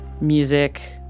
music